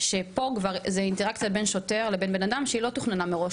שפה זאת אינטראקציה בין שוטר לבין בן אדם שהיא לא תוכננה מראש,